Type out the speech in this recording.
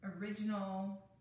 original